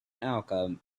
alchemist